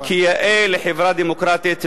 כיאה לחברה דמוקרטית ונאורה.